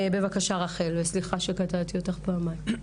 בבקשה, רחל, וסליחה שקטעתי אותך פעמיים.